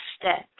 step